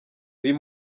uyu